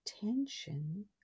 tension